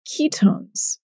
ketones